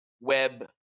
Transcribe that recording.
web